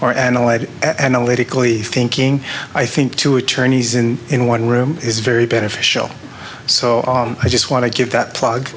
or an allied analytically thinking i think two attorneys in in one room is very beneficial so i just want to give that plug